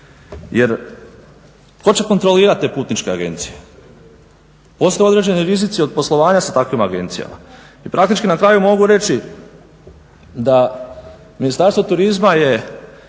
Jer tko će kontrolirati te putničke agencije. Postoje određeni rizici od poslovanja sa takvim agencijama. I praktički na kraju mogu reći da Ministarstvo turizma je